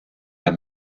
der